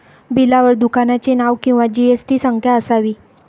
बिलावर दुकानाचे नाव किंवा जी.एस.टी संख्या असावी